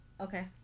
Okay